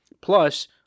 Plus